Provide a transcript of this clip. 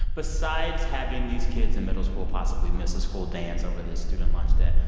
besides having these kids in middle school possibly miss a school dance over the student lunch debt,